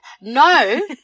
no